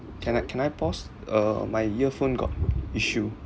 can I can I pause uh my earphone got issue